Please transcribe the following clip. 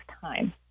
time